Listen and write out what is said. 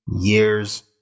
years